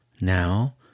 Now